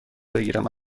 بگیرم